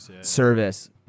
service